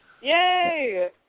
Yay